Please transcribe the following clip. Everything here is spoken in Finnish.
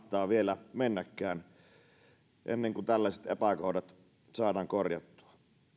kauan mahtaa vielä mennä ennen kuin tällaiset epäkohdat saadaan korjattua